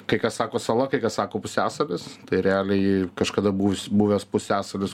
kai kas sako sala kai kas sako pusiasalis tai realiai ji kažkada buvus buvęs pusiasalis